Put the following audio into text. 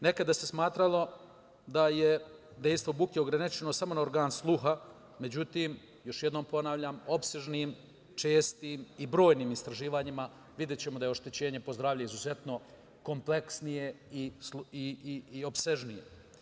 Nekada se smatralo da je dejstvo buke ograničeno samo na organ sluha, međutim, još jednom ponavljam, opsežnim, čestim i brojnim istraživanjima videćemo da je oštećenje po zdravlje izuzetno kompleksnije i opsežnije.